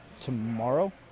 tomorrow